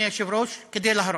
אדוני היושב-ראש, כדי להרוס.